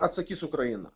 atsakys ukraina